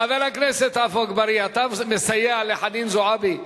חבר הכנסת עפו אגבאריה, אתה מסייע לחנין זועבי?